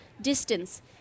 distance